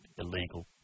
Illegal